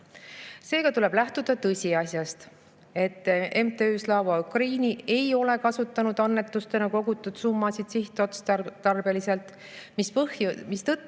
Seega tuleb lähtuda tõsiasjast, et MTÜ Slava Ukraini ei ole kasutanud annetustena kogutud summat sihtotstarbeliselt, mistõttu